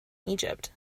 egypt